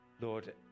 lord